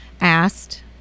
asked